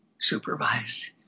supervised